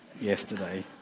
yesterday